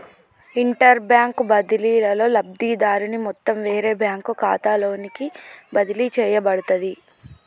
interbank బదిలీలో, లబ్ధిదారుని మొత్తం వేరే బ్యాంకు ఖాతాలోకి బదిలీ చేయబడుతది